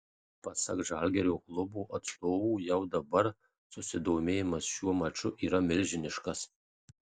pasak žalgirio klubo atstovų jau dabar susidomėjimas šiuo maču yra milžiniškas